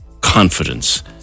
confidence